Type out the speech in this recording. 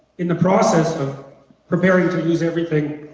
in the process of preparing to lose everything